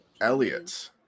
Elliot